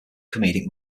comedic